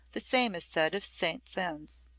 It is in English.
the same is said of saint-saens.